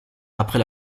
après